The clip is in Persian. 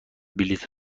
بلیط